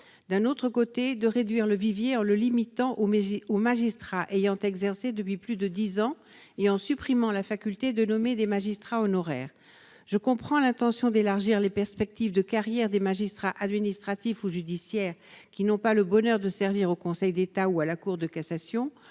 d'un autre côté, de réduire le vivier en le limitant au musée au magistrat ayant exercé depuis plus de 10 ans et en supprimant la faculté de nommer des magistrats honoraires je comprends l'intention d'élargir les perspectives de carrière des magistrats administratifs ou judiciaires qui n'ont pas le bonheur de servir au Conseil d'État ou à la Cour de cassation